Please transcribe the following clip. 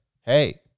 hey